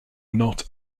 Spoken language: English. not